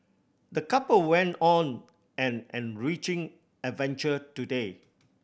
the couple went on an enriching adventure today